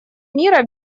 мира